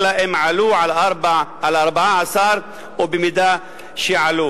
אלא אם עלו על 14 ובמידה שעלו.